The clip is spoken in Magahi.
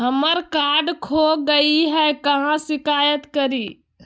हमरा कार्ड खो गई है, कहाँ शिकायत करी?